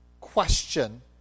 question